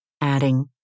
adding